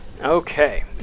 Okay